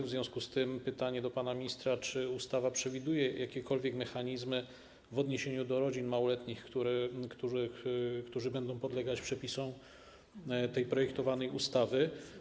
W związku z tym mam pytanie do pana ministra, czy ustawa przewiduje jakiekolwiek mechanizmy w odniesieniu do rodzin małoletnich, którzy będą podlegać przepisom tej projektowanej ustawy.